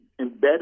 embedded